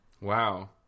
Wow